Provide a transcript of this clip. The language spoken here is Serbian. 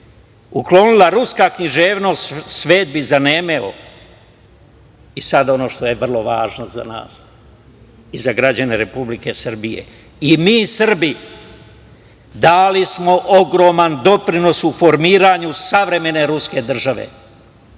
uklonila ruska književnost svet bi zanemeo.I sada ono što je vrlo važno za nas i za građane Republike Srbije, i mi Srbi dali smo ogroman doprinos u formiranju savremene ruske države.